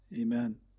Amen